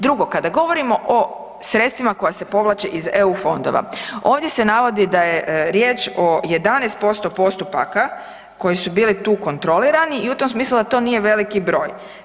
Drugo, kada govorimo o sredstvima koja se povlače iz EU fondova, ovdje se navodi da je riječ o 11% postupaka koji su bili tu kontrolirani i u tom smislu da to nije veliki broj.